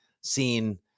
seen